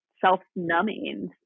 self-numbing